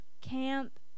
camp